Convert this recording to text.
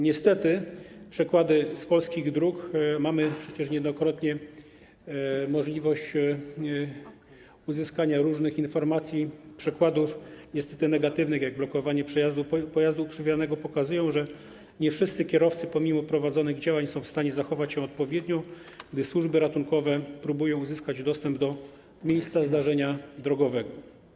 Niestety przykłady z polskich dróg - mamy przecież niejednokrotnie możliwość uzyskania różnych informacji, przykładów, niestety, negatywnych, jak blokowanie przejazdu pojazdu uprzywilejowanego - pokazują, że nie wszyscy kierowcy, pomimo prowadzonych działań, są w stanie zachować się odpowiednio, gdy służby ratunkowe próbują uzyskać dostęp do miejsca zdarzenia drogowego.